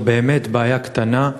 זו באמת בעיה קטנה,